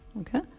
Okay